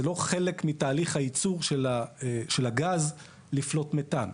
זה לא חלק מתהליך הייצור של הגז לפלוט מתאן,